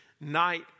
night